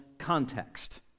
context